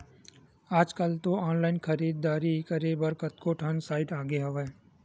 आजकल तो ऑनलाइन खरीदारी करे बर कतको ठन साइट आगे हवय